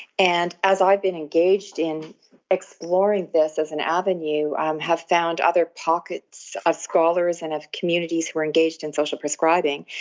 and as i've been engaged in exploring this as an avenue i um have found other pockets of scholars and of communities who are engaged in social prescribing.